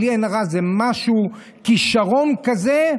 בלי עין הרע, זה משהו, כישרון כזה,